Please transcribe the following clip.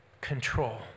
control